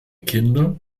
kinder